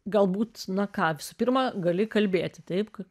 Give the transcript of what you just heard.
galbūt na ką visų pirma gali kalbėti taip kad